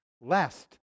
lest